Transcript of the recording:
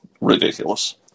ridiculous